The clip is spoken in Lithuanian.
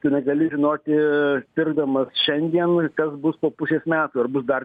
čia negali žinoti pirkdamas šiandien kas bus po pusės metų ar bus dar